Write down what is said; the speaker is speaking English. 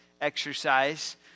exercise